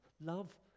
Love